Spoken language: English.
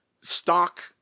stock